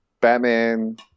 Batman